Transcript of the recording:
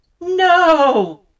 No